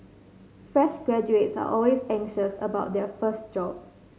fresh graduates are always anxious about their first job